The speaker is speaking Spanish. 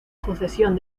sucesión